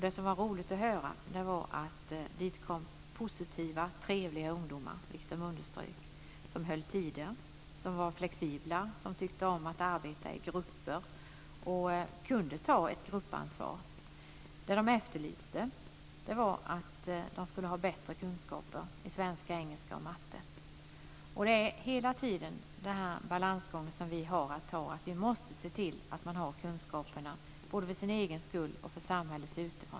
Det som var roligt att höra var att dit kom positiva, trevliga ungdomar - de underströk det - som höll tiden, som var flexibla och som tyckte om att arbeta i grupper och kunde ta ett gruppansvar. Det som de efterlyste var att eleverna borde ha bättre kunskaper i svenska, engelska och matematik. Det är hela tiden den här balansgången vi har att göra, att se till att de har kunskaperna, både för sin egen skull och för samhället.